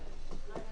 בעד